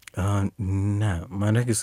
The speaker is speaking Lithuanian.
a ne man regis